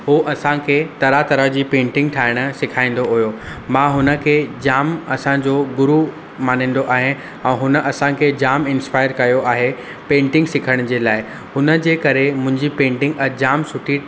उहो असांखे तरह तरह जी पेंटिंग ठाइण सेखारींदो हुओ मां हुन खे जामु असांजो गुरु माञींदो आहियां ऐं हुन असांखे जाम इंस्पायर कयो आहे पेंटिंग सिखण जे लाइ हुनजे करे मुंहिंजी पेंटिंग अॼु जामु सुठी